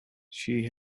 she